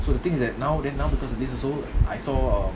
so the thing is that now then now because of this also I saw um